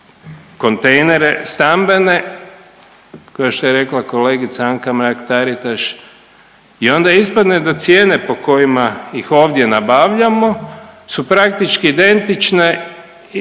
kontejnere stambene kao što je rekla kolegica Anka Mrak Taritaš i onda ispadne da cijene po kojima ih ovdje nabavljamo su praktički identične